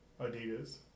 Adidas